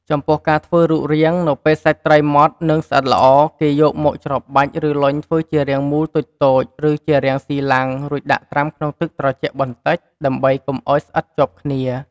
ចំពោះការធ្វើរូបរាង នៅពេលសាច់ត្រីម៉ត់ និងស្អិតល្អ គេយកមកច្របាច់ ឬលុញធ្វើជារាងមូលតូចៗ ឬជារាងស៊ីឡាំង រួចដាក់ត្រាំក្នុងទឹកត្រជាក់បន្តិច ដើម្បីកុំឱ្យស្អិតជាប់គ្នា។